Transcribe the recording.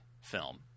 film